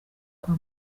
kwa